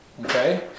okay